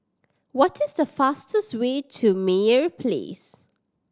what is the fastest way to Meyer Place